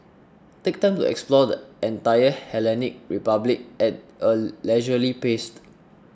take time to explore the entire Hellenic Republic at a leisurely pace